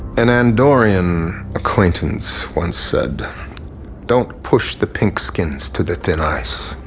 an andorian acquaintance once said don't push the pink-skins to the thin ice.